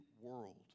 world